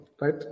right